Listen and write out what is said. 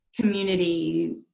community